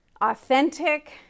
authentic